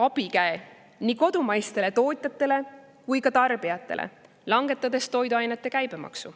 abikäe nii kodumaistele tootjatele kui ka tarbijatele, langetades toiduainete käibemaksu.